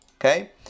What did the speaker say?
Okay